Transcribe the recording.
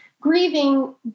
grieving